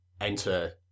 enter